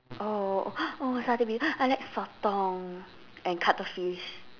oh satay be I like sotong and cuttlefish